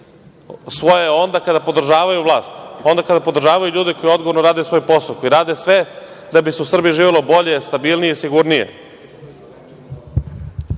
svoje onda kada podržavaju vlast, onda kada podržavaju ljude koji odgovorno rade svoj posao, koji rade se da bi se u Srbiji živelo bolje, stabilnije, sigurnije? Kako